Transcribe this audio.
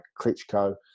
Klitschko